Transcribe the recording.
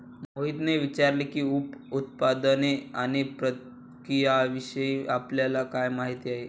मोहितने विचारले की, उप उत्पादने आणि प्रक्रियाविषयी आपल्याला काय माहिती आहे?